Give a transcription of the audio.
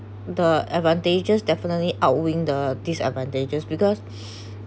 the advantages definitely outweighing the disadvantages because